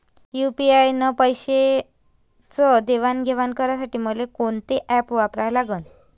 UPI न पैशाचं देणंघेणं करासाठी मले कोनते ॲप वापरा लागन?